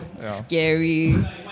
Scary